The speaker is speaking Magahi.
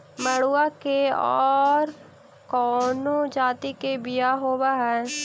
मडूया के और कौनो जाति के बियाह होव हैं?